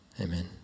Amen